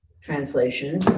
translation